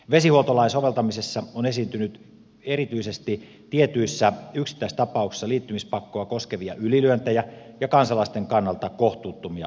vesihuoltolain soveltamisessa on esiintynyt erityises ti tietyissä yksittäistapauksissa liittymispakkoa koskevia ylilyöntejä ja kansalaisten kannalta kohtuuttomia lopputuloksia